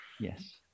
Yes